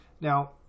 Now